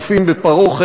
סעיפים 1 3 נתקבלו.